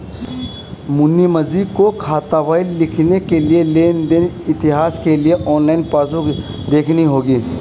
मुनीमजी को खातावाही लिखने के लिए लेन देन इतिहास के लिए ऑनलाइन पासबुक देखनी होगी